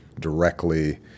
directly